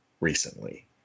recently